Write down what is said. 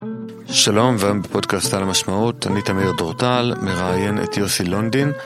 שלום ובפודקאסט על המשמעות, אני תמיר דורטל מראיין את יוסי לונדין